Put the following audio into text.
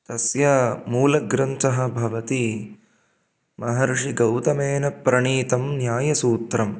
तस्य मूलग्रन्थः भवति महर्षिगौतमेन प्रणीतं न्यायसूत्रं